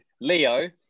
Leo